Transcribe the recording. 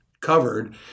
covered